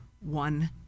one